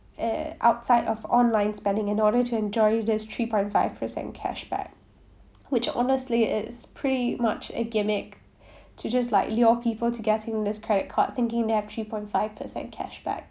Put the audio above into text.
uh outside of online spending in order to enjoy this three point five percent cashback which honestly is pretty much a gimmick to just like lure people to getting this credit card thinking they have three point five percent cashback